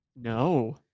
No